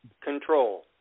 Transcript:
control